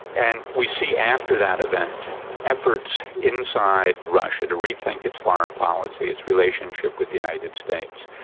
and we see after that event efforts inside russia to rethink its foreign policy, its relationship with the united states,